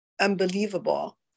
unbelievable